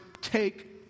take